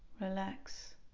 relax